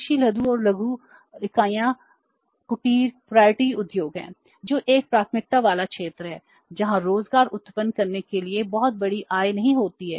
कृषि लघु और लघु इकाइयाँ कुटीर उद्योग हैं जो एक प्राथमिकता वाला क्षेत्र है जहाँ रोजगार उत्पन्न करने के साथ बहुत बड़ी आय नहीं होती है